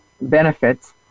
Benefits